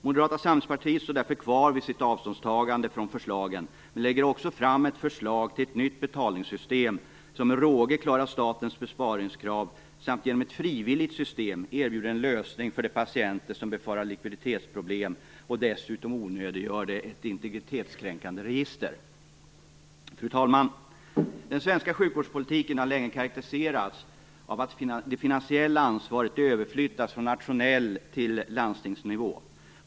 Moderata samlingspartiet står därför kvar vid sitt avståndstagande från förslagen men lägger också fram ett förslag till ett nytt betalningssystem som med råge klarar statens besparingskrav samt, genom ett frivilligt system, erbjuder en lösning för de patienter som befarar likviditetsproblem och dessutom onödiggör ett integritetskränkande register. Fru talman! Den svenska sjukvårdspolitiken har länge karakteriserats av att det finansiella ansvaret överflyttats från nationell till landstingsnivå.